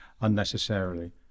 unnecessarily